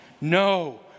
No